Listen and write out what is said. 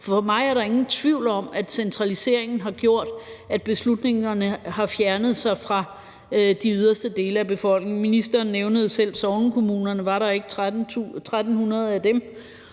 For mig er der ingen tvivl om, at centraliseringen har gjort, at beslutningerne har fjernet sig fra de yderste dele af befolkningen. Ministeren nævnede selv sognekommunerne – var der ikke 1.300 af dem?